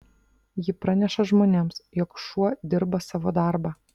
ji praneša žmonėms jog šuo dirba savo darbą